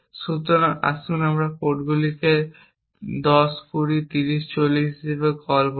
সুতরাং আসুন আমরা এই পোর্টগুলিকে 10 20 30 এবং 40 হিসাবে কল করি